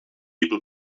able